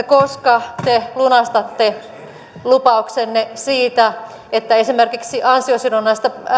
koska te lunastatte lupauksenne siitä että esimerkiksi ansiosidonnaista